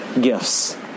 gifts